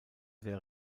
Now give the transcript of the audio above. der